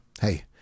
Hey